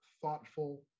thoughtful